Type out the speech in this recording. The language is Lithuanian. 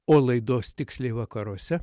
o laidos tiksliai vakaruose